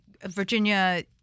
Virginia